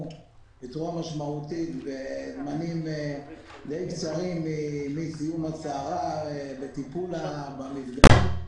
בצורה משמעותית ובזמנים די קצרים מזיהוי הסערה לטיפול במפגעים.